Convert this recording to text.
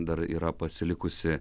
dar yra pasilikusi